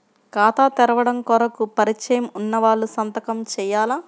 ఖాతా తెరవడం కొరకు పరిచయము వున్నవాళ్లు సంతకము చేయాలా?